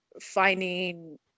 finding